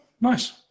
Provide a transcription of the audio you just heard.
Nice